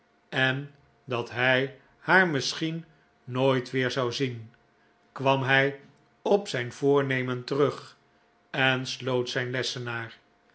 en dat hij haar misschien nooit weer zou zien kwam hij op zijn voornemen terug en sloot zijn lessenaar